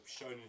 shown